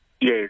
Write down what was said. Yes